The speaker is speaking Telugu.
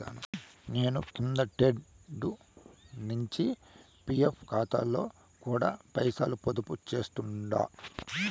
నేను కిందటేడు నించి పీఎఫ్ కాతాలో కూడా పైసలు పొదుపు చేస్తుండా